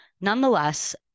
Nonetheless